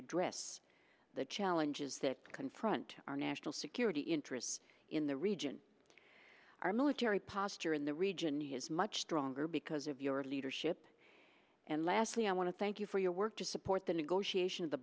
address the challenges that confront our national security interests in the region our military posture in the region has much stronger because of your leadership and lastly i want to thank you for your work to support the negotiation